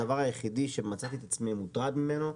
הדבר היחיד שמצאתי את עצמי מוטרד ממנו,